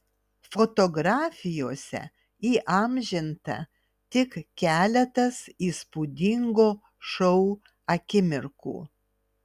fotografijose įamžinta tik keletas įspūdingo šou akimirkų